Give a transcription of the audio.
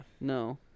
No